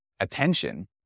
attention